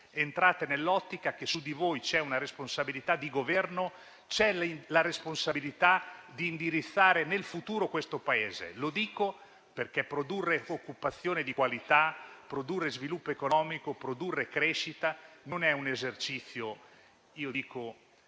Entrate nell'ottica che su di voi c'è una responsabilità di Governo, c'è la responsabilità di indirizzare nel futuro questo Paese. Lo dico perché produrre occupazione di qualità, produrre sviluppo economico e produrre crescita non è un esercizio che